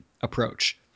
approach